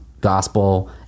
gospel